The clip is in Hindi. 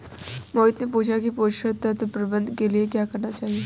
मोहित ने पूछा कि पोषण तत्व प्रबंधन के लिए क्या करना चाहिए?